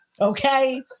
Okay